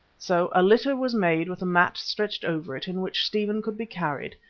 so a litter was made with a mat stretched over it in which stephen could be carried,